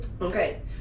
okay